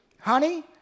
Honey